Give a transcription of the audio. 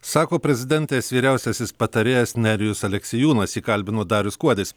sako prezidentės vyriausiasis patarėjas nerijus aleksiejūnas jį kalbino darius skuodis